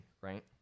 right